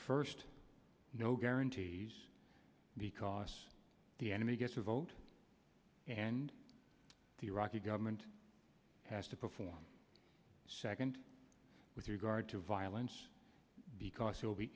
first no guarantees because the enemy gets a vote and the iraqi government has to perform a second with regard to violence because they will be